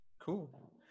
cool